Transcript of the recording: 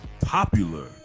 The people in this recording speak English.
popular